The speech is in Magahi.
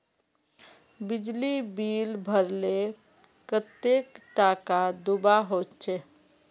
बिजली बिल भरले कतेक टाका दूबा होचे?